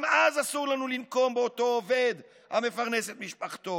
גם אז אסור לנו לנקום באותו עובד המפרנס את משפחתו.